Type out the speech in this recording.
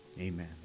Amen